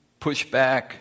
pushback